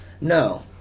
No